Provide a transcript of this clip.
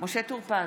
משה טור פז,